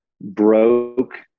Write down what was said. broke